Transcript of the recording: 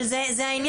אבל זה העניין.